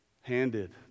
handed